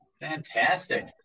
Fantastic